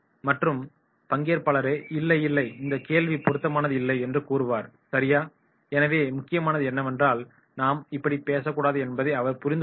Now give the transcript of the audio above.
மற்ற பங்கேற்பாளரே இல்லை இல்லை இந்த கேள்வி பொருத்தமானது இல்லை என்று கூறுவார் சரியா" எனவே முக்கியமானது என்னவென்றால் நாம் இப்படி பேசக்கூடாது என்பதை அவர் புரிந்துகொள்வார்